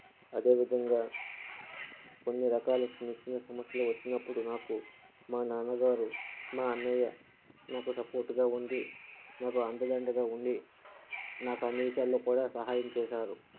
అదేవిధంగా కొన్ని రకాల చిన్న చిన్న సమస్యలు వచ్చినప్పుడు నాకు మా నాన్నగారు మా అన్నయ్య నాకు సపోర్టుగా ఉండి నాకు అండదండగా ఉండి నాకు అన్ని విషయాల్లో కూడా సహాయం చేశారు